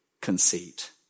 conceit